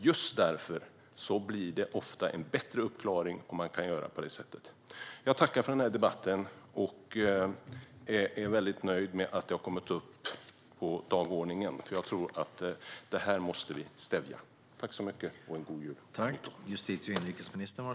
Just därför blir det ofta en bättre uppklaring om man kan göra på det sättet. Jag tackar för debatten. Jag är väldigt nöjd med att frågan har kommit upp på dagordningen, för det här måste vi stävja. God jul och gott nytt år!